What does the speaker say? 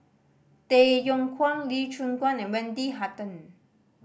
Tay Yong Kwang Lee Choon Guan and Wendy Hutton